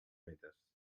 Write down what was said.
mites